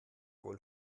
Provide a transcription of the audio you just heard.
wohl